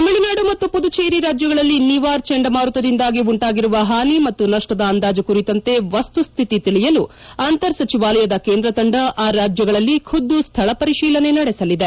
ತಮಿಳುನಾಡು ಮತ್ತು ಪುದುಚೇರಿ ರಾಜ್ಯಗಳಲ್ಲಿ ನಿವಾರ್ ಚಂಡಮಾರುತದಿಂದಾಗಿ ಉಂಟಾಗಿರುವ ಹಾನಿ ಮತ್ತು ನಪ್ಪದ ಅಂದಾಜು ಕುರಿತಂತೆ ವಸ್ಕು ಸ್ಥಿತಿ ತಿಳಿಯಲು ಅಂತರ್ ಸಚಿವಾಲಯದ ಕೇಂದ್ರ ತಂಡ ಆ ರಾಜ್ಯಗಳಲ್ಲಿ ಖುದ್ದು ಸ್ಥಳ ಪರಿಶೀಲನೆ ನಡೆಸಲಿದೆ